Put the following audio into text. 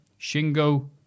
Shingo